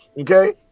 Okay